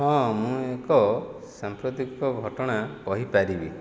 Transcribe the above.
ହଁ ମୁଁ ଏକ ସାମ୍ପ୍ରତିକ ଘଟଣା କହିପାରିବି